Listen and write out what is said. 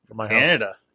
Canada